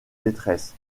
détresse